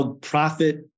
profit